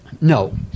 No